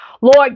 Lord